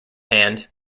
hand